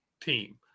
team